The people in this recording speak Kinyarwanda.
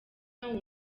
hano